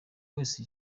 wese